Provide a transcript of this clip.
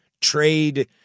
trade